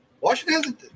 Washington